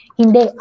hindi